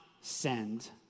send